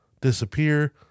disappear